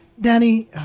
Danny